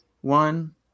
one